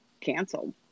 canceled